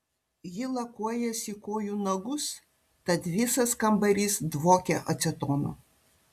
ji lakuojasi kojų nagus tad visas kambarys dvokia acetonu